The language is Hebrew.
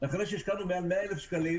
אחרי שהשקענו מעל 100,000 שקל.